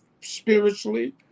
spiritually